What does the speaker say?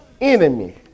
enemy